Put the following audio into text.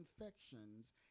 infections